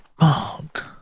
Mark